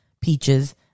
Peaches